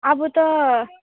अब त